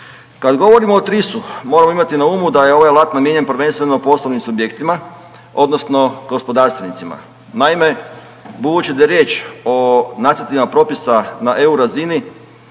Kad govorimo o TRIS-u moramo imati na umu da je ovaj alat namijenjen prvenstveno poslovnim subjektima odnosno gospodarstvenicima. Naime, budući da je riječ o nacrtima propisa na EU razini